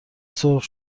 سرخ